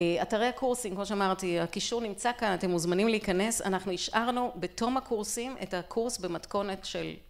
אתרי הקורסים, כמו שאמרתי, הקישור נמצא כאן, אתם מוזמנים להיכנס, אנחנו השארנו בתום הקורסים את הקורס במתכונת של